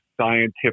scientific